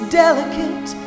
delicate